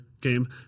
game